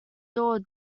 door